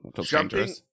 jumping